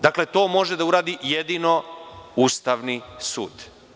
Dakle, to može da uradi jedino Ustavni sud.